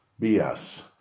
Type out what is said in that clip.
BS